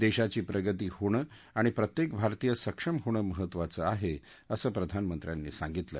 देशाची प्रगती होणं आणि प्रत्येक भारतीय सक्षम होणं महत्त्वाचं आहे असं प्रधानमंत्र्यांनी सांगितलं